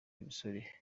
y’umusore